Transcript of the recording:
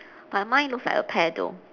but mine looks like a pear though